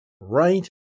right